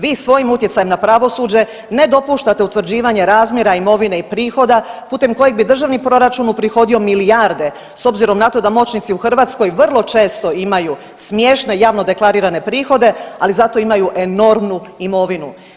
Vi svojim utjecajem na pravosuđe ne dopuštate utvrđivanje razmjera imovine i prihoda putem kojeg bi državni proračun uprihodio milijarde s obzirom na to da moćnici u Hrvatskoj vrlo često imaju smiješno javno deklarirane prihode, ali zato imaju enormnu imovinu.